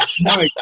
No